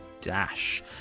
dash